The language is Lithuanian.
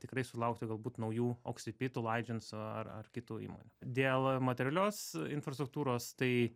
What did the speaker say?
tikrai sulaukti galbūt naujų oksipitų laidžensų ar ar kitų įmonių dėl materialios infrastruktūros tai